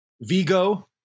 Vigo